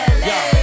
LA